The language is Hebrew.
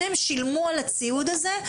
אם הם שילמו על הציוד הזה,